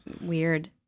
Weird